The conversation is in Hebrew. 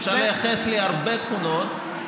אפשר לייחס לי הרבה תכונות,